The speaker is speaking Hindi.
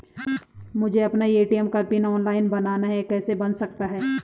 मुझे अपना ए.टी.एम का पिन ऑनलाइन बनाना है कैसे बन सकता है?